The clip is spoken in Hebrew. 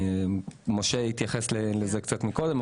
משה התייחס לזה קודם.